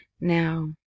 now